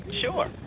Sure